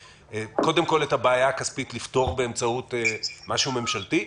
קודם כול את הבעיה הכספית לפתור באמצעות משהו ממשלתי?